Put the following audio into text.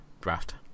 draft